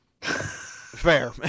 Fair